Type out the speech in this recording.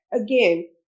again